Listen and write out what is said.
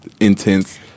intense